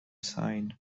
sain